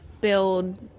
build